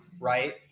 right